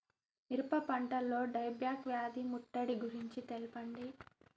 మిరప పంటలో die back వ్యాధి ముట్టడి గురించి తెల్పండి?